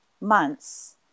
months